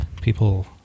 people